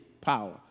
power